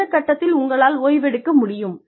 எந்த கட்டத்தில் உங்களால் ஓய்வெடுக்க எடுக்க முடியும்